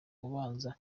ubanza